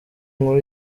nkuru